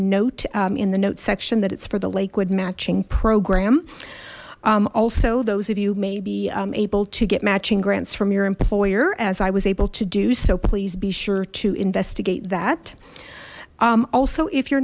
note in the notes section that it's for the lakewood matching program also those of you may be able to get matching grants from your employer as i was able to do so please be sure to investigate that also if you're